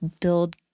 build